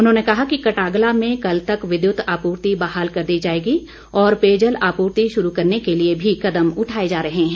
उन्होंने कहा कि कटागला में कल तक विद्युत आपूर्ति बहाल कर दी जाएगी और पेयजल आपूर्ति शुरू करने के लिए भी कदम उठाए जा रहे हैं